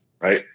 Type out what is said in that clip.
right